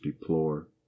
deplore